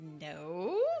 No